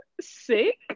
sick